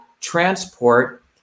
transport